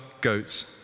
goats